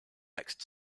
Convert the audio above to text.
next